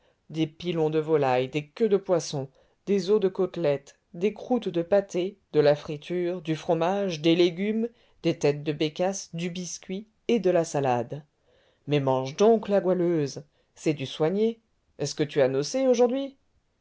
des pilons de volaille des queues de poisson des os de côtelette des croûtes de pâté de la friture du fromage des légumes des têtes de bécasse du biscuit et de la salade mais mange donc la goualeuse c'est du soigné est-ce que tu as nocé aujourd'hui